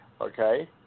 okay